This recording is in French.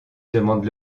demande